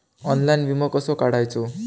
Online विमो कसो काढायचो?